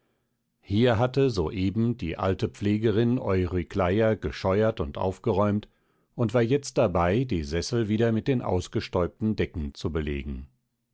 hier hatte so eben die alte pflegerin eurykleia gescheuert und aufgeräumt und war jetzt dabei die sessel wieder mit den ausgestäubten decken zu belegen